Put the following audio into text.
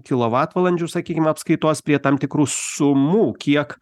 kilovatvalandžių sakykim apskaitos prie tam tikrų sumų kiek